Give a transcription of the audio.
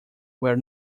where